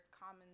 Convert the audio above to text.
common